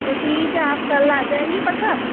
तो ठीक है आप कल आ जाएंगे पक्का